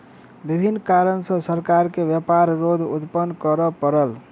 विभिन्न कारण सॅ सरकार के व्यापार रोध उत्पन्न करअ पड़ल